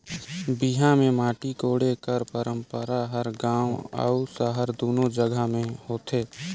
बिहा मे माटी कोड़े कर पंरपरा हर गाँव अउ सहर दूनो जगहा मे होथे